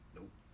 Nope